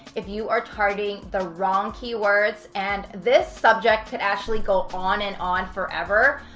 if you are targeting the wrong keywords, and this subject could actually go on and on forever.